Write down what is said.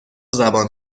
زبان